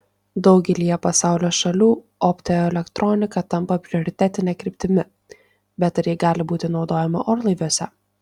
daugelyje pasaulio šalių optoelektronika tampa prioritetine kryptimi bet ar ji gali būti naudojama orlaiviuose